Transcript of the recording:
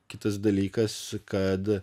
kitas dalykas kad